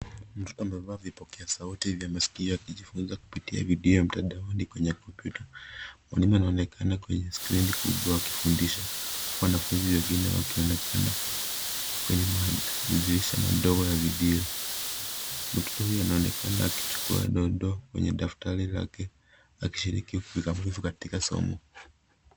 Mtoto amevaa vipokea sauti vya maskio akijifunza kupitia video ya mtandaoni kwenye komputa. Mwalimu anaonekana kwenye skrini kubwa akifundisha, huku wabafunzi wengine wadogo wakionekana kwenye madirisha madogo video. Mtoto huyu anaonekana akichukua dondoo kwenye daftari lake, akishiriki kikamilifu katika somo.